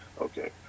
Okay